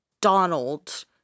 Donald